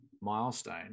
milestone